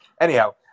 anyhow